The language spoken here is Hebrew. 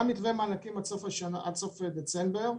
היה מתווה מענקים עד סוף דצמבר.